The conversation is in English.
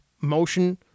motion